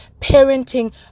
parenting